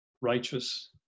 righteous